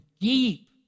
deep